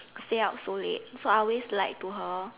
stay out so late so I always lied to her